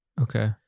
Okay